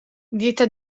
dieta